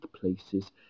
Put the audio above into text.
places